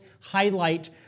highlight